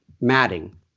matting